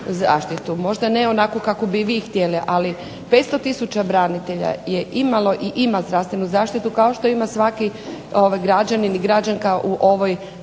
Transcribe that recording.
Možda ne onakvu kakvu bi vi htjeli, ali 500 tisuća branitelja je imalo i ima zdravstvenu zaštitu kao što ima svaki građanin i građanka u ovoj